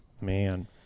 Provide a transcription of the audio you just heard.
man